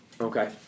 Okay